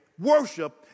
worship